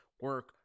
Work